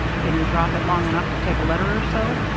can you drop it long enough to take a letter or so?